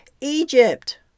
Egypt